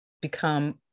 become